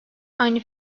aynı